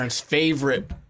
favorite